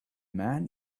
man